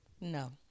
no